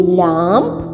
lamp